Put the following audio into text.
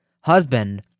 husband